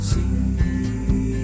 See